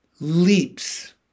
leaps